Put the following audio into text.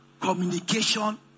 communication